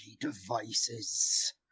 devices